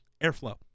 airflow